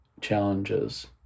challenges